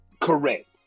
Correct